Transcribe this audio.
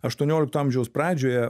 aštuoniolikto amžiaus pradžioje